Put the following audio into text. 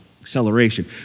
acceleration